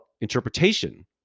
interpretation